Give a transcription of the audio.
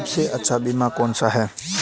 सबसे अच्छा बीमा कौनसा है?